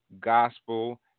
Gospel